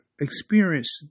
experienced